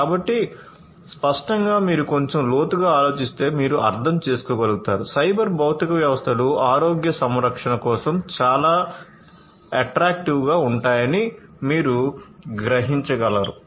కాబట్టి స్పష్టంగా మీరు కొంచెం లోతుగా ఆలోచిస్తే మీరు అర్థం చేసుకోగలుగుతారు సైబర్ భౌతిక వ్యవస్థలు ఆరోగ్య సంరక్షణ కోసం చాలా attractiveగా ఉంటాయని మీరు గ్రహించగలరు